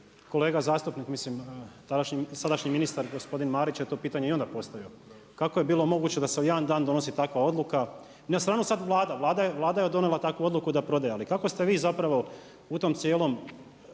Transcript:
kolega zastupnik, mislim sadašnji ministar gospodin Marić je to pitanje i onda postavio. Kako je bilo moguće da se u jedan dan donosi takva odluka. Ne stvarno sada Vlada, Vlada je donijela takvu odluku da prodaje ali kako ste vi zapravo u tom cijelom